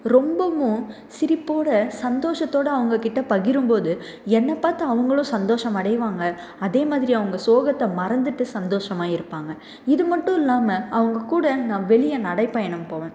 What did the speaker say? ரொம்பவும் சிரிப்போட சந்தோஷத்தோட அவங்க கிட்ட பகிரும் போது என்னைப் பார்த்து அவங்களும் சந்தோஷமடைவாங்க அதே மாதிரி அவங்க சோகத்தை மறந்துட்டு சந்தோஷமாக இருப்பாங்க இது மட்டுல்லாமல் அவங்க கூட நான் வெளியே நடைப்பயணம் போவேன்